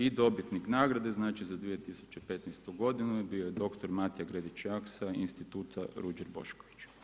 I dobitnik nagrade, znači za 2015. godinu bio je doktor Matija Gredičak sa Instituta Ruđer Bošković.